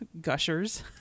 Gushers